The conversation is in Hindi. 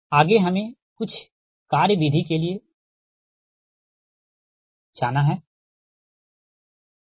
आगे हम कुछ कार्य विधि के लिए जाएंगे ठीक है